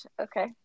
Okay